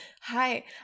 Hi